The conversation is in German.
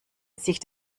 sich